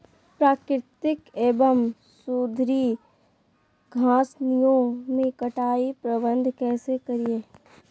प्राकृतिक एवं सुधरी घासनियों में कटाई प्रबन्ध कैसे करीये?